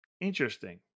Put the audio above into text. Interesting